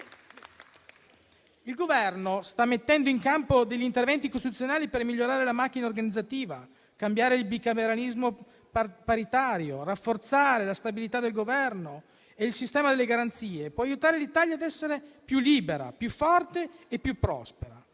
Il Governo sta mettendo in campo degli interventi costituzionali per migliorare la macchina organizzativa. Cambiare il bicameralismo paritario, rafforzare la stabilità del Governo e il sistema delle garanzie possono aiutare l'Italia ad essere più libera, più forte e più prospera,